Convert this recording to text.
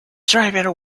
driver